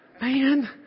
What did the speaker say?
man